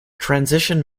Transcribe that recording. transition